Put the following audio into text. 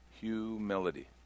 Humility